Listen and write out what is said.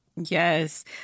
Yes